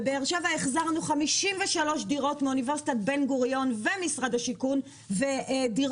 בבאר שבע החזרנו 53 דירות מאוניברסיטת בן גוריון ומשרד השיכון ודיירים